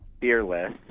fearless